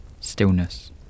Stillness